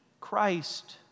Christ